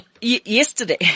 Yesterday